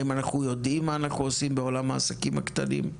האם אנחנו יודעים מה אנחנו עושים בעולם העסקים הקטנים?